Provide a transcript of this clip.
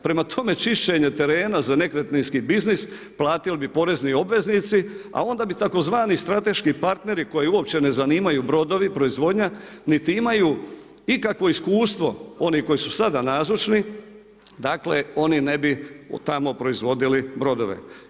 Prema tome čišćenje terena za nekretninski biznis platili bi porezni obveznici a onda bi tzv. strateški partneri koje uopće ne zanimaju brodovi, proizvodnja niti imaju ikakvo iskustvo oni koji su sada nazočni dakle oni ne bi tamo proizvodili brodove.